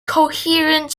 coherent